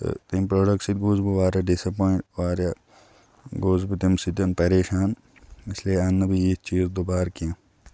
تہٕ تٔمۍ پرٛوڈَکٹ سۭتۍ گوس بہٕ واریاہ ڈِس اٮ۪پویِنٛٹ واریاہ گوس بہٕ تمہِ سۭتۍ پریشان اِسلیے اَن نہٕ بہٕ یِتھۍ چیٖز دُبارٕ کیٚنٛہہ